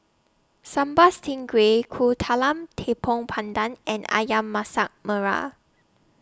Sambal Stingray Kuih Talam Tepong Pandan and Ayam Masak Merah